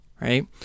right